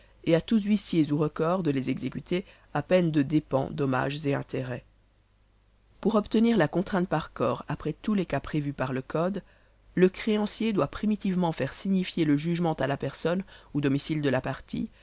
et à tous huissiers ou recors de les exécuter à peine de dépens dommages et intérêts pour obtenir la contrainte par corps après tous les cas prévus par le code le créancier doit primitivement faire signifier le jugement à la personne ou domicile de la partie